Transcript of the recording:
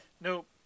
Nope